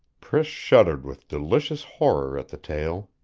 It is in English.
priss shuddered with delicious horror at the tale.